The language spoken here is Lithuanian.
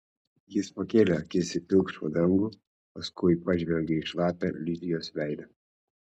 jis pakėlė akis į pilkšvą dangų paskui pažvelgė į šlapią lidijos veidą